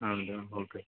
ಹೌದಾ ಓಕೆ